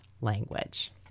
language